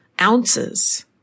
ounces